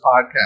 podcast